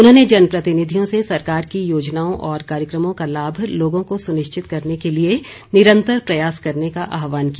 उन्होंने जन प्रतिनिधियों से सरकार की योजनाओं और कार्यक्रमों का लाभ लोगों को सुनिश्चित करने के लिए निरन्तर प्रयास करने का आहवान किया